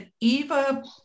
Eva